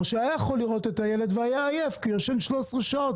שהיה יכול לראות את הילד והיה עייף כי הוא ישן 13 שעות,